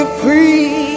free